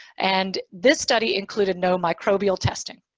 and this study included no microbial testing,